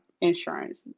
insurance